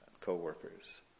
co-workers